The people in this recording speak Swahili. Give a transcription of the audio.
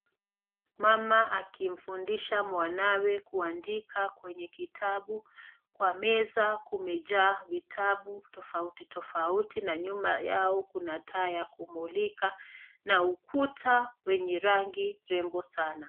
Mama akimfundisha mwanawe kuandika kwenye kitabu. Kwa meza kumejaa vitabu tofauti tofauti na nyuma yao kuna taa ya kumulika na ukuta wenye rangi rembo sana.